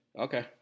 Okay